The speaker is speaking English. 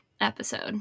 episode